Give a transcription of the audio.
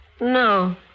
No